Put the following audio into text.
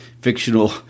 fictional